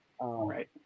Right